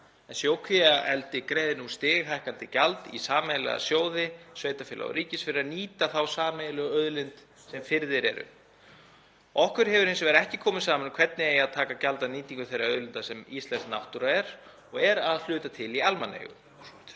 En sjókvíaeldi greiðir nú stighækkandi gjald í sameiginlega sjóði sveitarfélaga og ríkis fyrir að nýta þá sameiginlegu auðlind sem firðir eru. Okkur hefur hins vegar ekki komið saman um hvernig eigi að taka gjald af nýtingu þeirra auðlinda sem íslensk náttúra er og er að hluta til í almannaeigu.